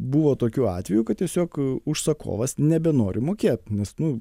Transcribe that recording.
buvo tokių atvejų kad tiesiog užsakovas nebenori mokėt nes nu